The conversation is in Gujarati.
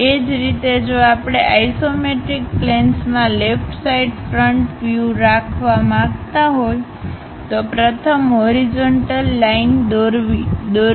એ જ રીતે જો આપણે ઇસોમેટ્રિક પ્લેન્સમાં લેફ્ટ સાઈડ ફ્રન્ટ વ્યૂ રાખવા માંગતા હો તો પ્રથમ હોરિઝન્ટલ લાઈન દોરો